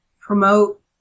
promote